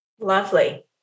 Lovely